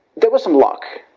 there was some luck,